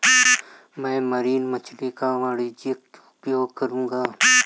मैं मरीन मछली का वाणिज्यिक उपयोग करूंगा